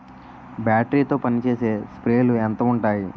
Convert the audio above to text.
Battery తో పనిచేసే స్ప్రేలు ఎంత ఉంటాయి?